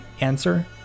answer